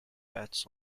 bats